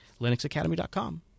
Linuxacademy.com